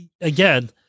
again